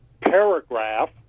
paragraph